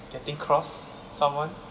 getting cross someone